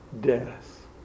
death